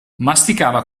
masticava